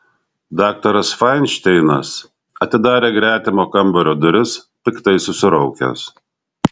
daktaras fainšteinas atidarė gretimo kambario duris piktai susiraukęs